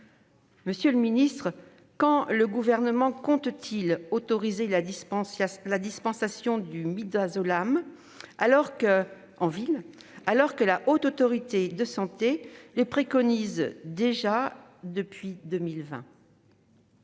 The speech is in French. Monsieur le ministre, quand le Gouvernement compte-t-il autoriser la dispensation du Midazolam en ville, alors que la Haute Autorité de santé la préconise depuis le